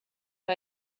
que